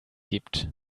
gibt